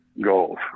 goals